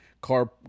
car